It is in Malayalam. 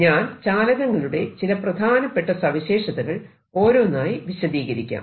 ഞാൻ ചാലകങ്ങളുടെ ചില പ്രധാനപ്പെട്ട സവിശേഷതകൾ ഓരോന്നായി വിശദീകരിക്കാം